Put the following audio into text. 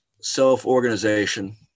self-organization